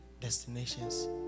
destinations